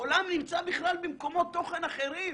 העולם נמצא בכלל במקומות תוכן אחרים.